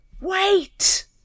Wait